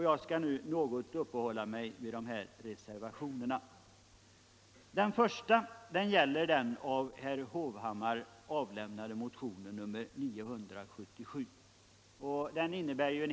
Jag skall nu något uppehålla mig vid dessa reservationer.